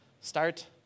start